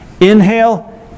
Inhale